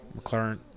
McLaren